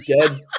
dead